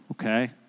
okay